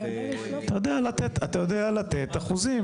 אתם לא יודעים כמה עולים ישנם?